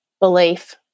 Belief